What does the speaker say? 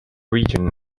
region